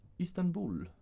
Istanbul